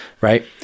right